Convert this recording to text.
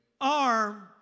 arm